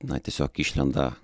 na tiesiog išlenda